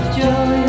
joy